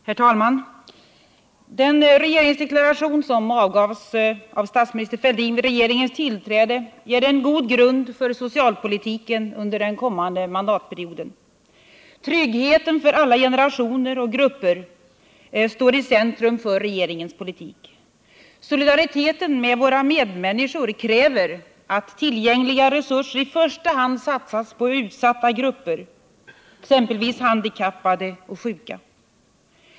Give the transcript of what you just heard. Herr talman! Den regeringsdeklaration som avgavs av statsminister Fälldin vid regeringens tillträde ger en god grund för socialpolitiken under den kommande mandatperioden. Tryggheten för alla generationer och grupper står i centrum för regeringens politik. Solidariteten med våra medmänniskor kräver att tillgängliga resurser satsas i första hand på utsatta grupper, exempelvis handikappade och sjuka.